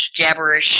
jabberish